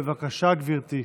בבקשה, גברתי.